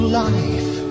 life